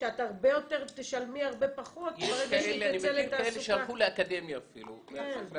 שאת תשלמי הרבה פחות ברגע שהיא תצא לתעסוקה.